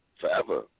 forever